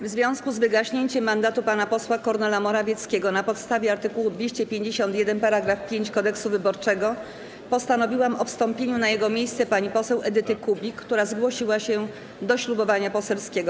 W związku z wygaśnięciem mandatu pana posła Kornela Morawieckiego, na podstawie art. 251 § 5 Kodeksu wyborczego, postanowiłam o wstąpieniu na jego miejsce pani poseł Edyty Kubik, która zgłosiła się do ślubowania poselskiego.